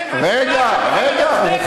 עצם